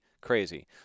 crazy